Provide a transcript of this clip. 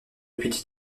petit